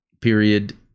period